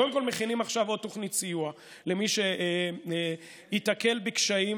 קודם כול מכינים עכשיו עוד תוכנית סיוע למי שייתקל בקשיים.